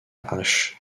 hash